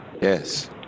Yes